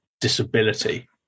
disability